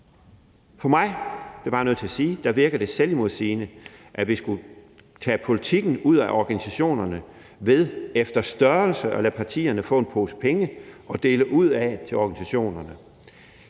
at sige – virker det selvmodsigende, at vi skulle tage politikken ud af organisationerne ved efter størrelse at lade partierne få en pose penge og dele ud af til organisationerne.